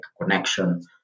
connection